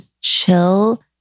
chill